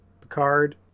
Picard